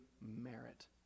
merit